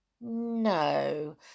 No